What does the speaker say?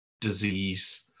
disease